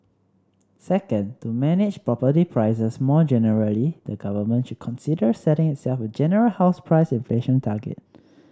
second to manage property prices more generally the government should consider setting itself a general house price inflation target